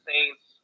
Saints